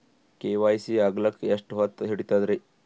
KYC ಆಗಲಕ್ಕ ಎಷ್ಟ ಹೊತ್ತ ಹಿಡತದ್ರಿ?